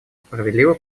справедливо